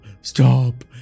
Stop